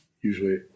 Usually